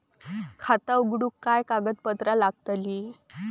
खाता उघडूक काय काय कागदपत्रा लागतली?